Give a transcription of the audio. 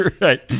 Right